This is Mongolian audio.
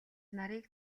нарыг